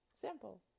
Simple